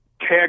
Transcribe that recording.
tag